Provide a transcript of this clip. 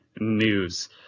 News